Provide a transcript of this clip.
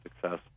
success